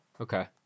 Okay